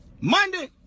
Monday